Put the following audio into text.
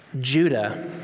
Judah